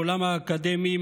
העולם האקדמי,